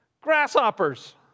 Grasshoppers